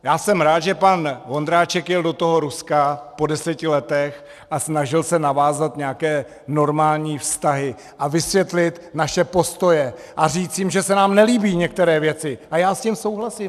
Já jsem rád, že pan Vondráček jel do Ruska po deseti letech a snažil se navázat nějaké normální vztahy a vysvětlit naše postoje a říct jim, že se nám nelíbí některé věci, a já s tím souhlasím.